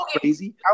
crazy